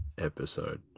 episode